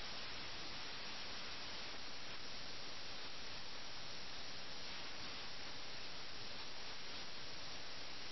ചിലർ നൃത്തത്തിലും സംഗീതത്തിലും മുഴുകി ചിലർ ഒപ്പിയം മൂലമുണ്ടാകുന്ന മയക്കത്തിൽ ആനന്ദിക്കുന്നു